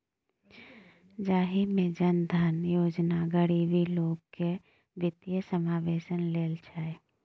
जाहि मे जन धन योजना गरीब लोक केर बित्तीय समाबेशन लेल छै